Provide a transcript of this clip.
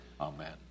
Amen